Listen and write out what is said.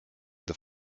that